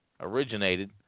Originated